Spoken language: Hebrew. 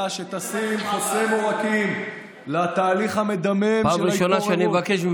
ועדת הפנים והנגב למנסור עבאס.